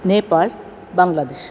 Nepal Bangladesh